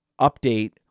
update